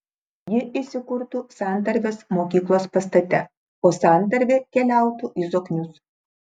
ji įsikurtų santarvės mokyklos pastate o santarvė keliautų į zoknius